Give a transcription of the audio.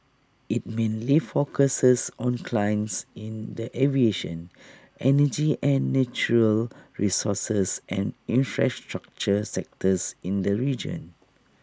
IT mainly focuses on clients in the aviation energy and natural resources and infrastructure sectors in the region